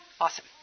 Awesome